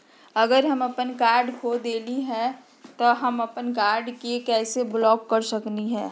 अगर हम अपन कार्ड खो देली ह त हम अपन कार्ड के कैसे ब्लॉक कर सकली ह?